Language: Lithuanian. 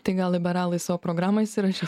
tai gal liberalai į savo programą įsirašys